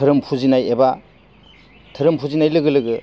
धोरोम फुजिनाय एबा धोरोम फुजिनाय लोगो लोगो